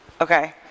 Okay